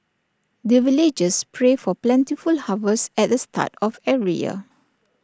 the villagers pray for plentiful harvest at the start of every year